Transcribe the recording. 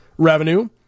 revenue